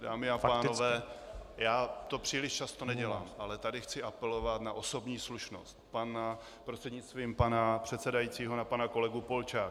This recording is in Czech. Dámy a pánové, já to příliš často nedělám, ale tady chci apelovat na osobní slušnost prostřednictvím pana předsedajícího na pana kolegu Polčáka.